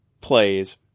plays